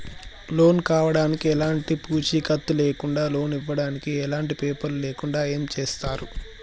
Loan కావడానికి ఎలాంటి పూచీకత్తు లేకుండా లోన్ ఇవ్వడానికి ఎలాంటి పేపర్లు లేకుండా ఏం చేస్తారు?